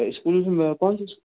school में कौन सी